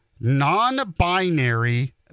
Non-binary